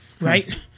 Right